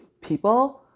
people